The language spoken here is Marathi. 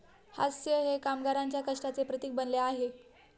हास्य हे कामगारांच्या कष्टाचे प्रतीक बनले आहे